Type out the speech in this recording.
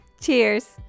Cheers